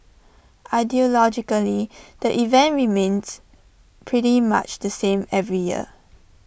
ideologically the event remains pretty much the same every year